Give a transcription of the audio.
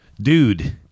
Dude